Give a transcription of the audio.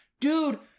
Dude